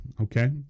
Okay